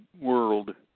world